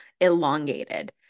elongated